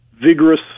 vigorous